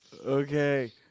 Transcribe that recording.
Okay